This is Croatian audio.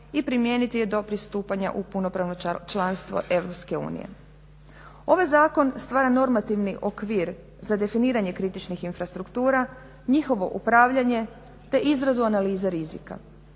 i primijeniti je do pristupanja u punopravno članstvo Europske unije. Ovaj zakon stvara normativni okvir za definiranje kritičnih infrastruktura, njihovo upravljanje te izradu analize rizika.